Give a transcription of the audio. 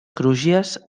crugies